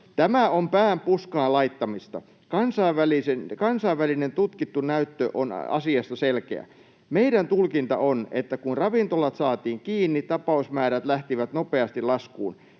”Tämä on pään puskaan laittamista. Kansainvälinen tutkittu näyttö on asiasta selkeä. Meidän tulkinta on, että kun ravintolat saatiin kiinni, tapausmäärät lähtivät nopeasti laskuun.